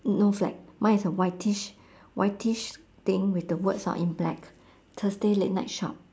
mm no flag mine is a whitish whitish thing with the words are in black thursday late night shop